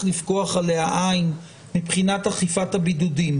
לפקוח עליה עין מבחינת אכיפת הבידודים,